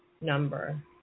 number